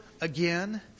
again